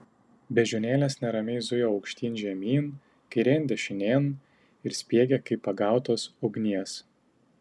beždžionėlės neramiai zujo aukštyn žemyn kairėn dešinėn ir spiegė kaip pagautos ugnies